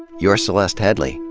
you're celeste headlee.